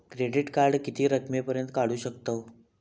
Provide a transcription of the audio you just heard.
Credit card किती रकमेपर्यंत काढू शकतव?